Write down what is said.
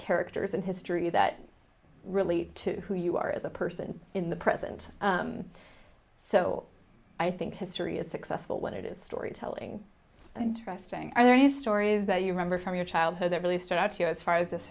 characters in history that really to who you are as a person in the present so i think history is successful when it is storytelling interesting are there any stories that you remember from your childhood that really stood out to you as far as this